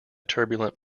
turbulent